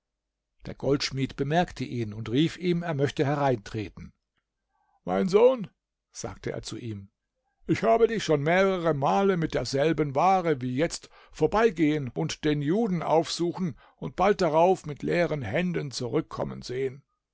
der goldschmied bemerkte ihn und rief ihm er möchte hereintreten mein sohn sagte er zu ihm ich habe dich schon mehrere male mit derselben ware wie jetzt vorbeigehen den und den juden aufsuchen und bald darauf mit leeren händen zurückkommen sehen